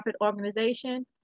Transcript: organization